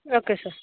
okay sir